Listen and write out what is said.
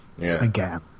again